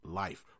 life